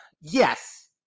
Yes